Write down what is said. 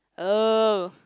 oh